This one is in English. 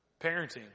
parenting